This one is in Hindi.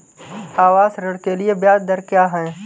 आवास ऋण के लिए ब्याज दर क्या हैं?